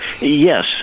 yes